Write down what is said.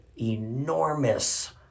enormous